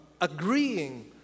agreeing